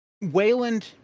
Wayland